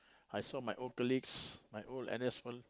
I saw my old colleagues my old N_S fellas